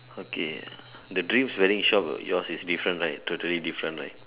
okay the dreams wedding shop yours is different right totally different right